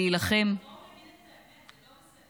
בואו נגיד את האמת, זה לא בסדר.